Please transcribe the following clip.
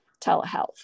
telehealth